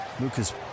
Lucas